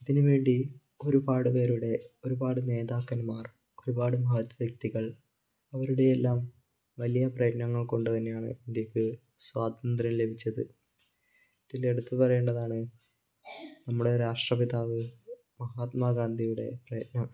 അതിനുവേണ്ടി ഒരുപാട് പേരുടെ ഒരുപാട് നേതാക്കന്മാർ ഒരുപാട് മഹത് വ്യക്തികൾ അവരുടെയെല്ലാം വലിയ പ്രയത്നങ്ങൾ കൊണ്ടു തന്നെയാണ് ഇന്ത്യക്ക് സ്വാതന്ത്ര്യം ലഭിച്ചത് ഇതിലെടുത്ത് പറയേണ്ടതാണ് നമ്മുടെ രാഷ്ട്രപിതാവ് മഹാത്മാഗാന്ധിയുടെ പ്രയത്നം